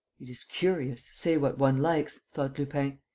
it's curious, say what one likes, thought lupin.